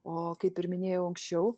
o kaip ir minėjau anksčiau